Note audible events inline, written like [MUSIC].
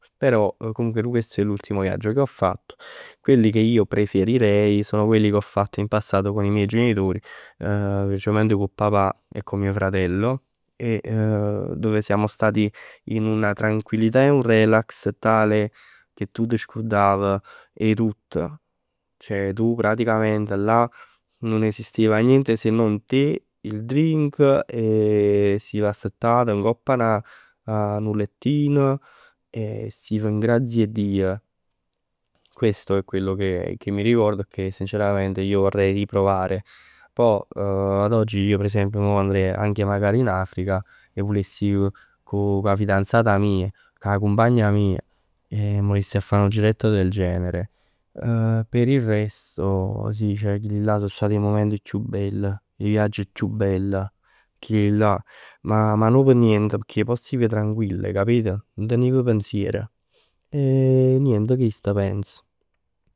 Però comunque questo è l'ultimo viaggio che ho fatto. Quelli che io preferirei sono quelli che io ho fatto in passato con i miei genitori. [HESITATION] Specialmente con papà e con mio fratello e [HESITATION] dove siamo stai in una tranquillità e in un relax tale che tu t' scurdav 'e tutt. Ceh tu praticament là non esisteva niente se non te, il drink e stiv assettat ngopp 'a 'na, 'a 'nu lettin e [HESITATION] stiv n'grazia 'e Dij. Questo è quello che, che mi ricordo e che sinceramente io vorrei riprovare. Poj ad oggi io andrei anche magari in Africa e vuless ji cu cu 'a fidanzata mij, cu 'a cumpagna mij e m' vuless ji a fa nu giretto del genere. [HESITATION] Per il resto sì, ceh chilli'llà so stat 'e mument chiù bell. I viaggi chiù bell. Ma no p' nient. Ma pò pecchè stiv tranquill 'e capit? Nun teniv pensier. [HESITATION] E nient, chest pens.